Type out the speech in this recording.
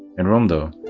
in romdeau,